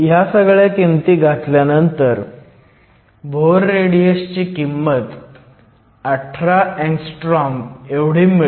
ह्या सगळ्या किमती घातल्यानंतर बोहर रेडियस ची किंमत 18 A° एवढी मिळते